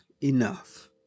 enough